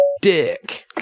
dick